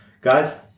guys